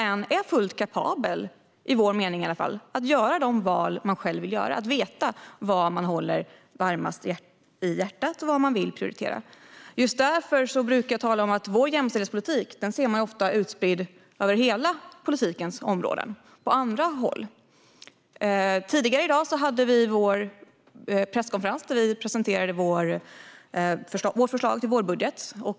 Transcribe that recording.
Enligt vår mening är var och en kapabel att göra de val man själv vill göra och att veta vad som ligger en varmast om hjärtat och vad man vill prioritera. Just därför brukar jag säga att vår jämställdhetspolitik är utspridd på alla politikens områden. Tidigare i dag hade vi en presskonferens där vi presenterade vårt förslag till vårbudget.